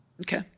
Okay